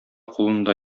кулында